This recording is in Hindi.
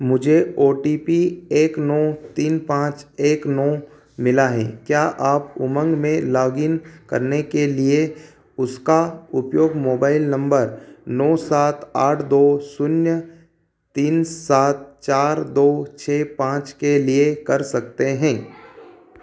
मुझे ओ टी पी एक नौ तीन पाँच एक नौ मिला है क्या आप उमंग में लॉग इन करने के लिए उसका उपयोग मोबाइल नम्बर नौ सात आठ दो शून्य तीन सात चार दो छः पाँच के लिए कर सकते हैं